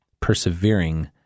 Persevering